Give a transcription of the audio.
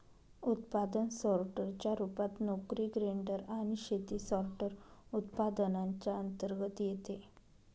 उत्पादन सोर्टर च्या रूपात, नोकरी ग्रेडर आणि शेती सॉर्टर, उत्पादनांच्या अंतर्गत येते